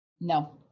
No